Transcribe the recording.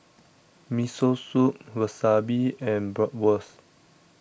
Miso Soup Wasabi and Bratwurst